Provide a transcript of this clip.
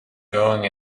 going